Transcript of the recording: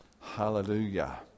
Hallelujah